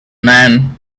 men